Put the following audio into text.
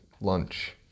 lunch